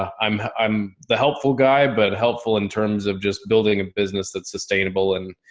um i'm, i'm the helpful guy, but helpful in terms of just building a business that's sustainable and,